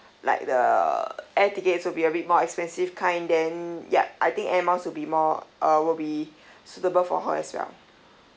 like the air tickets will be a bit more expensive kind then ya I think air miles will be more uh will be suitable for her as well